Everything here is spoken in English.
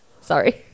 Sorry